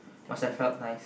must have felt nice